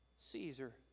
Caesar